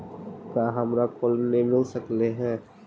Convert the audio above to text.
का हमरा कोलनी मिल सकले हे?